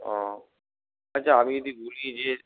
ও আচ্ছা আমি যদি বলি যে